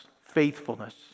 faithfulness